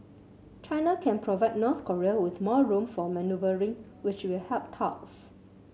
China can provide North Korea with more room for manoeuvring which will help talks